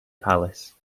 palace